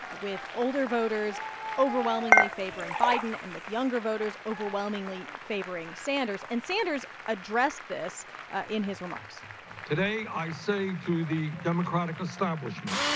with older voters overwhelmingly favoring biden and with younger voters overwhelmingly favoring sanders. and sanders addressed this in his remarks today i say to the democratic establishment,